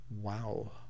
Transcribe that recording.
Wow